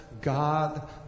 God